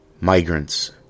migrants